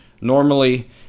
Normally